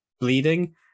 bleeding